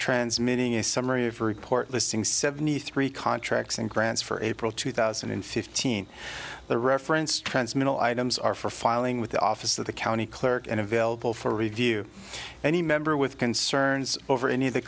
transmitting a summary of report listing seventy three contracts and grants for april two thousand and fifteen the reference transmittal items are for filing with the office of the county clerk and available for review any member with concerns over any of the